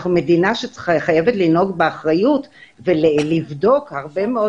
אנחנו מדינה שחייבת לנהוג באחריות ולבדוק הרבה מאוד